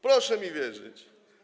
Proszę mi wierzyć.